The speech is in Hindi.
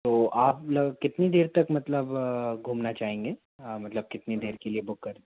तो आप मतलब कितनी देर तक मतलब घूमना चाहेंगे मतलब कितनी देर के लिए बुक कर